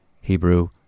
Hebrew